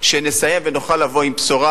שנסיים ונוכל לבוא עם בשורה,